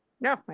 No